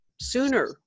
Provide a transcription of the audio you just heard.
sooner